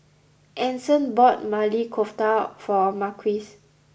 Anson bought Maili Kofta for Marquez